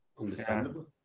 understandable